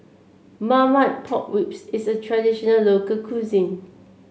Marmite Pork Ribs is a traditional local cuisine